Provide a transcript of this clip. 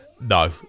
No